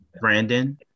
Brandon